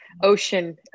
ocean